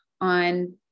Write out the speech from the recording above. on